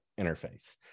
interface